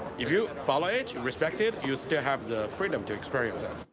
if you follow it, and respect it, you still have the freedom to experience it.